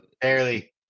Barely